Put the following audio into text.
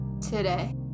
Today